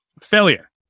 Failure